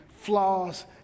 flaws